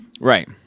Right